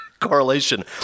correlation